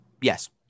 yes